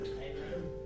Amen